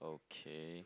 okay